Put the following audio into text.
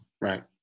Right